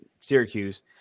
Syracuse